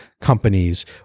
companies